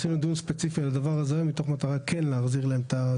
עשינו דיון ספציפי על הדבר הזה מתוך מטרה כן להחזיר להם,